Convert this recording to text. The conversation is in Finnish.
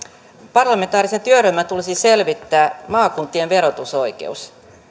parlamentaarisen työryhmän tulisi selvittää maakuntien verotusoikeus